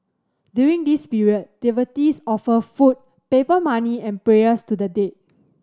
during this period devotees offer food paper money and prayers to the dead